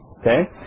okay